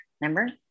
Remember